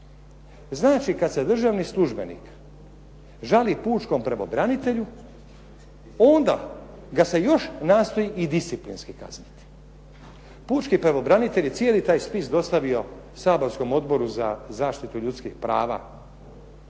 Znači kad se državni službenik žali pučkom pravobranitelju, onda ga se još nastoji i disciplinski kazniti. Pučki pravobranitelj je cijeli taj spis dostavio saborskom Odboru za zaštitu ljudskih prava